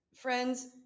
Friends